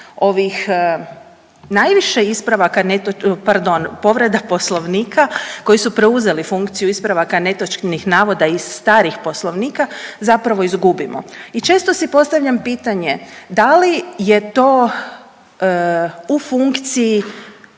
funkciju ispravaka netočnih navoda iz starih poslovnika zapravo izgubimo i često si postavljam pitanje da li je to u funkciji